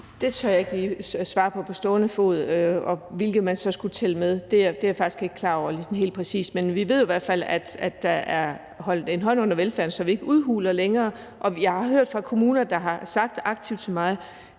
Det tør jeg ikke lige svare på på stående fod, og hvilke man så skulle tælle med dér, er jeg faktisk ikke klar over sådan helt præcist. Men vi ved jo i hvert fald, at der er holdt en hånd under velfærden, så vi ikke udhuler længere, og jeg har hørt fra kommuner, der har sagt aktivt til mig,